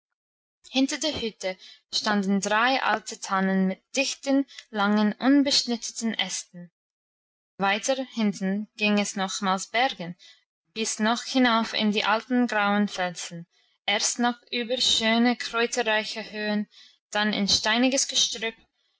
hinter der hütte standen drei alte tannen mit dichten langen unbeschnittenen ästen weiter hinten ging es nochmals bergan bis hoch hinauf in die alten grauen felsen erst noch über schöne kräuterreiche höhen dann in steiniges gestrüpp